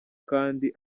kandi